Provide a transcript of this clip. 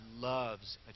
loves